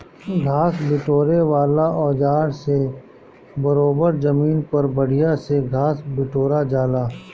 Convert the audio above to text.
घास बिटोरे वाला औज़ार से बरोबर जमीन पर बढ़िया से घास बिटोरा जाला